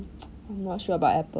I'm not sure about apple